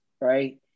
Right